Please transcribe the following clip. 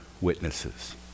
witnesses